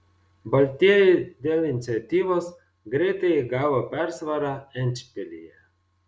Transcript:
baltieji dėl iniciatyvos greitai įgavo persvarą endšpilyje